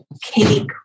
cake